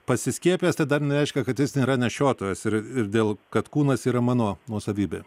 pasiskiepijęs tai dar nereiškia kad jis nėra nešiotojas ir dėl kad kūnas yra mano nuosavybė